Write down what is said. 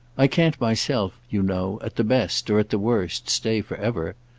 i can't myself, you know, at the best, or at the worst, stay for ever.